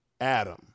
Adam